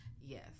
Yes